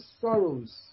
sorrows